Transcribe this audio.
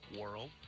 world